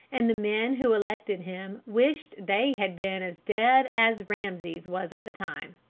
and the men who elected him wished they had been as dead as rameses was at the time.